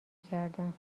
کردم